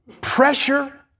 pressure